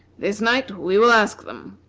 this night we will ask them.